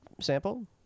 sample